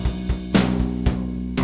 he